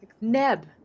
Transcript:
neb